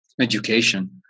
education